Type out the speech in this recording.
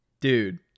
Dude